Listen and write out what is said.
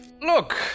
Look